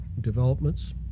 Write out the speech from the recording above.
developments